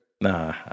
Nah